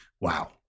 wow